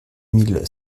mille